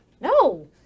No